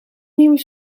nieuwe